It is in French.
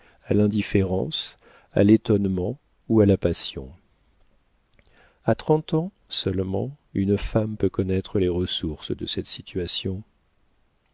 à l'indifférence à l'étonnement ou à la passion a trente ans seulement une femme peut connaître les ressources de cette situation